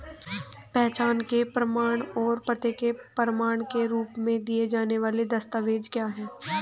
पहचान के प्रमाण और पते के प्रमाण के रूप में दिए जाने वाले दस्तावेज क्या हैं?